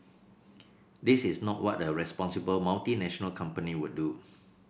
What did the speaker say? this is not what a responsible multinational company would do